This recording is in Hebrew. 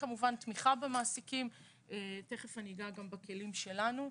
כמובן תמיכה במעסיקים ותכף אגע גם בכלים שלנו.